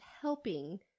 helping